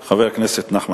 שרים לחקיקה.